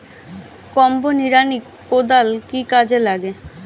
Combo নিড়ানি কোদাল কি কাজে লাগে?